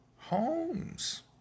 Homes